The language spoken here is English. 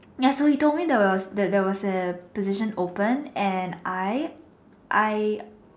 yes so you told me there was that there was a position open and I I